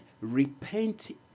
repent